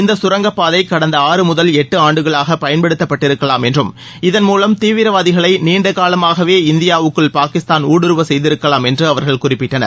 இந்த கரங்கப்பாதை கடந்த ஆறு முதல் எட்டு ஆண்டுகளாக பயன்படுத்தப்பட்டிருக்கலாம் என்றும் இதன்மூலம் தீவிரவாதிகளை நீண்டகாலமாகவே இந்தியாவுக்குள பாகிஸ்தான் ஊடுருவ செய்திருக்கலாம் என்று அவர்கள் குறிப்பிட்டனர்